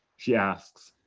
she asks,